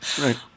Right